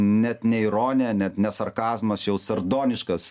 net ne ironija net ne sarkazmas čia jau sardoniškas